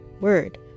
Word